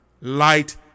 light